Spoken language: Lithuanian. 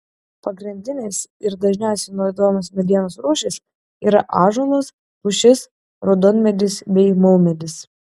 pagrindinės ir dažniausiai naudojamos medienos rūšys yra ąžuolas pušis raudonmedis bei maumedis